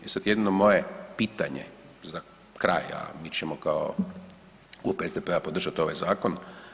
I sad jedno moje pitanje za kraj, a mi ćemo kao Klub SDP-a podržati ovaj zakon.